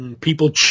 People